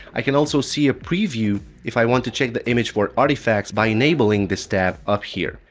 i can also see a preview if i want to check the image for artifacts by enabling this tab up here.